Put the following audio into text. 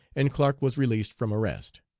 and clark was released from arrest.